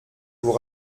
vous